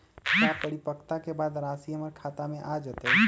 का परिपक्वता के बाद राशि हमर खाता में आ जतई?